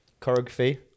Choreography